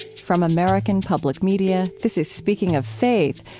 from american public media, this is speaking of faith,